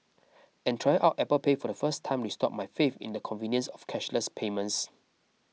and trying out Apple Pay for the first time restored my faith in the convenience of cashless payments